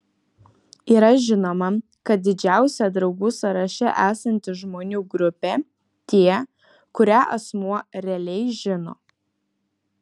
yra žinoma kad didžiausia draugų sąraše esanti žmonių grupė tie kurią asmuo realiai žino